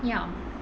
ya